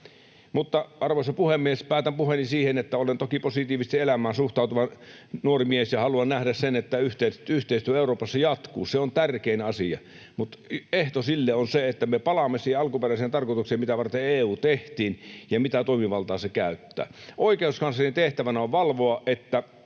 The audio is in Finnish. Mutta, arvoisa puhemies, päätän puheeni siihen, että olen toki positiivisesti elämään suhtautuva nuori mies ja haluan nähdä sen, että yhteistyö Euroopassa jatkuu, se on tärkein asia. Mutta ehto sille on se, että me palaamme siihen alkuperäiseen tarkoitukseen, mitä varten EU tehtiin ja mitä toimivaltaa se käyttää. Oikeuskanslerin tehtävänä on valvoa, että